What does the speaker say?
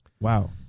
Wow